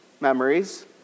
memories